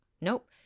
nope